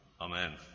Amen